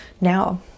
now